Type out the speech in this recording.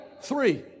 Three